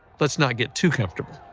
let's not get too comfortable.